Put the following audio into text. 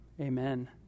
Amen